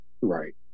right